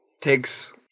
takes